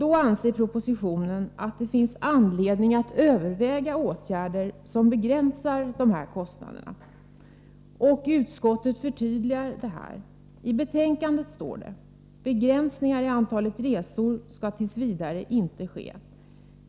Då anses det i propositionen att det finns anledning att överväga åtgärder som begränsar dessa kostnader. Utskottet förtydligar detta. I betänkandet står det att begränsningar av antalet resort. v. inte skall ske.